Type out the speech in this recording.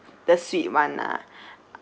the suite one ah